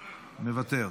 מוותר.